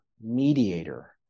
mediator